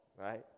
right